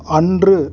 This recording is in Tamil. அன்று